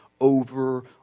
over